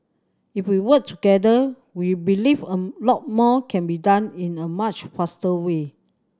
if we work together we believe a lot more can be done in a much faster way